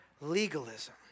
legalism